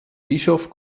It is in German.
bischof